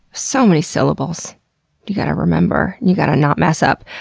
so many syllables you gotta remember, you gotta not mess up.